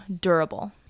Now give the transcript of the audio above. durable